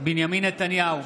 בנימין נתניהו,